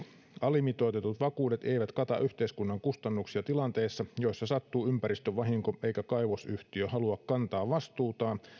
alimitoitetut vakuudet eivät kata yhteiskunnan kustannuksia tilanteissa joissa sattuu ympäristövahinko eikä kaivosyhtiö halua kantaa vastuutaan